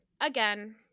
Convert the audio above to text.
Again